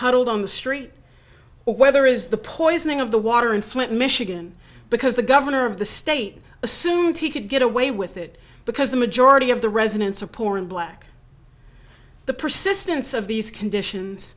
huddled on the street or whether is the poisoning of the water in flint michigan because the governor of the state assumed he could get away with it because the majority of the residents are poor and black the persistence of these conditions